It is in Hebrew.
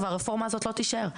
והרפורמה הזאת לא תישאר.